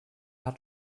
hat